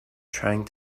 trying